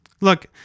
Look